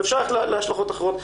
ואפשר ללכת להשלכות אחרות.